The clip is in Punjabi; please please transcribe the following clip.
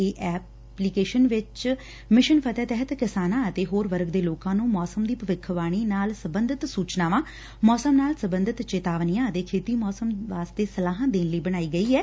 ਇਹ ਐਪ ਮਿਸ਼ਨ ਫਤਹਿ ਤਹਿਤ ਕਿਸਾਨਾਂ ਅਤੇ ਹੋਰ ਵਰਗ ਦੇ ਲੋਕਾਂ ਨੂੰ ਮੌਸਮ ਦੀ ਭਵਿੱਖਬਾਣੀ ਨਾਲ ਸਬੰਧਤ ਸੂਚਨਾਵਾਂ ਮੌਸਮ ਨਾਲ ਸਬੰਧਤ ਚੇਤਾਵਨੀਆਂ ਅਤੇ ਖੇਤੀ ਮੌਸਮ ਸਲਾਹਾਂ ਦੇਣ ਲਈ ਬਣਾਈ ਗਈ ਏ